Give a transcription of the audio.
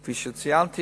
כפי שציינתי,